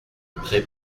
pré